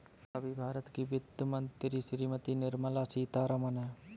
अभी भारत की वित्त मंत्री श्रीमती निर्मला सीथारमन हैं